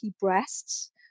breasts